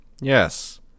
Yes